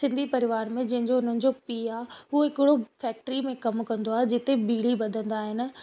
सिंधी परिवार में जंहिंजो उन्हनि जो पीउ आहे उहो हिकिड़ो फैक्ट्री में कमु कंदो आहे जिते बिड़ी बधंदा आहिनि